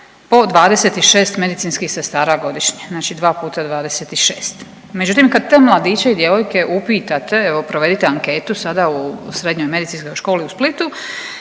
po 26 medicinskih sestara godišnje, znači 2 puta 26. Međutim kad te mladiće i djevojke upitate, evo provedite anketu sada u Srednjoj medicinskoj školi u Splitu